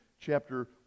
chapter